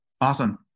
Awesome